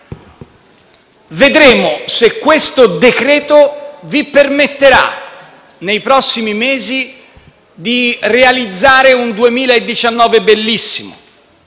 Vedremo se questo decreto vi permetterà nei prossimi mesi di realizzare un 2019 bellissimo,